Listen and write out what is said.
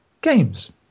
games